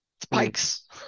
spikes